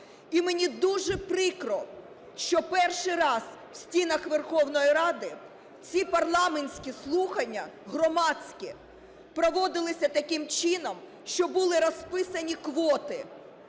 І мені дуже прикро, що перший раз в стінах Верховної Ради ці парламентські слухання, громадські проводилися таким чином, що були розписані квоти.